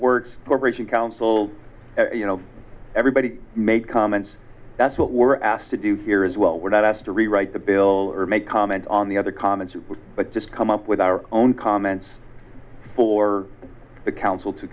works corporation council everybody made comments that's what we're asked to do here is well we're not asked to rewrite the bill or make comments on the other comments but just come up with our own comments for the council to